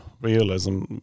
realism